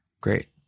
Great